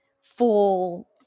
full